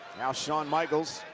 now shawn michaels,